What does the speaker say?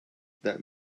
that